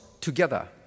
together